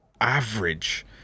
average